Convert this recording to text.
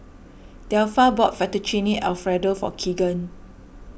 Delpha bought Fettuccine Alfredo for Kegan